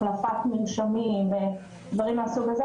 החלפת מרשמים ודברים מהסוג הזה.